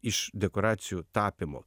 iš dekoracijų tapymo